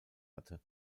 hatte